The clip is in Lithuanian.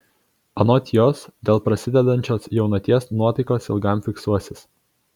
anot jos dėl prasidedančios jaunaties nuotaikos ilgam fiksuosis